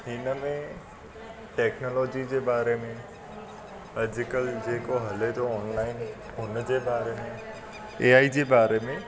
हिन में टैक्नोलॉजी जे बारे में अॼुकल्ह जेको हले थो ऑनलाइन हुनजे बारे में ए आई जे बारे में